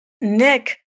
Nick